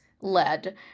led